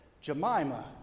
Jemima